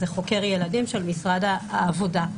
זה חוקר ילדים של משרד העבודה,